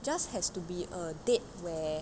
just has to be a date where